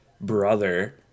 brother